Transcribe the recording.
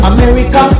America